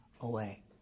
away